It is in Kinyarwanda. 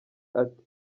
ati